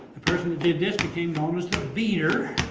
the person who did this became known beater